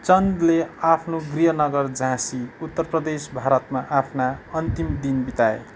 चन्दले आफ्नो गृहनगर झाँसी उत्तर प्रदेश भारतमा आफ्ना अन्तिम दिन बिताए